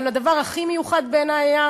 אבל בעיני,